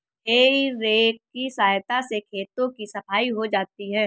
हेइ रेक की सहायता से खेतों की सफाई हो जाती है